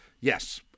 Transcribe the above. yes